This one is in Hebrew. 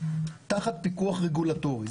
תחת פיקוח רגולטורי.